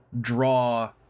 draw